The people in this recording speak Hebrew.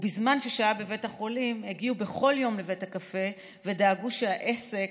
ובזמן ששהה בבית החולים הגיעו בכל יום לבית הקפה ודאגו שהעסק